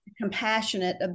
compassionate